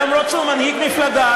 למרות שהוא מנהיג מפלגה,